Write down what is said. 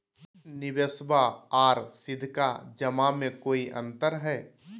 निबेसबा आर सीधका जमा मे कोइ अंतर हय?